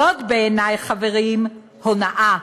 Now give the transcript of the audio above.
זאת, בעיני, חברים, הונאה.